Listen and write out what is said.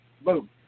Boom